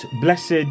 Blessed